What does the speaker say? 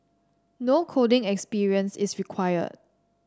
no coding experience is required